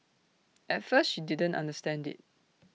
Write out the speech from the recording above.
at first she didn't understand IT